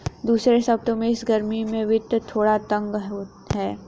दूसरे शब्दों में, इस गर्मी में वित्त थोड़ा तंग है